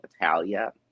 italia